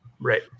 Right